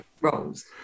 roles